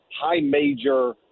high-major